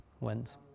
went